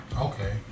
okay